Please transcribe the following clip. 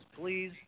Please